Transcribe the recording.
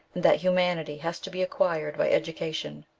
that humanity has to be acquired by education.